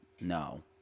no